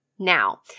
Now